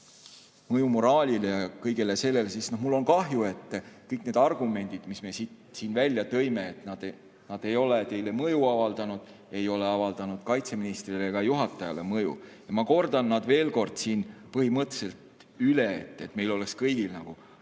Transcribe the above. mõju moraalile ja kõigele sellele, siis mul on kahju, et kõik need argumendid, mis me siin välja tõime, ei ole teile mõju avaldanud – ei ole avaldanud mõju kaitseministrile ega [Kaitseväe] juhatajale. Ja ma kordan selle veel kord siin põhimõtteliselt üle, et meil oleks kõigile